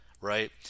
right